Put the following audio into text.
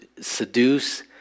seduce